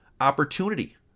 opportunity